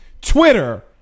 Twitter